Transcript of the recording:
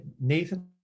Nathan –